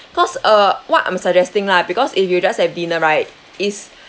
cause uh what I'm suggesting lah because if you'll just have dinner right is